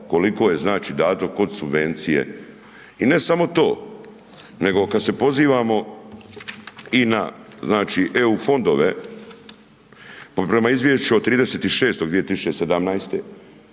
koliko je znači dato kod subvencije. I ne samo to, nego kada se pozivamo i na EU fondove, prema izvješću od 30.6.2017.